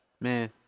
man